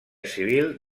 civil